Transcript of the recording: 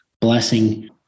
blessing